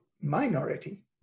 minority